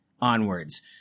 onwards